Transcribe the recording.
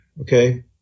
okay